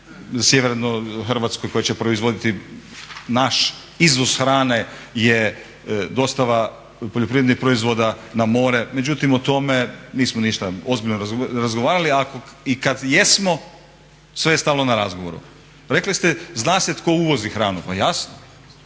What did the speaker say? sjevernoj Hrvatskoj koja će proizvoditi. Naš izvoz hrane je dostava poljoprivrednih proizvoda na more. Međutim o tome nismo ništa ozbiljno razgovarali a i kad jesmo sve je stalo na razgovoru. Rekli ste zna se tko uvozi hranu. Pa jasno,